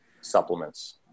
supplements